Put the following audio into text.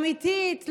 אמיתית,